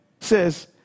Says